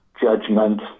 Judgment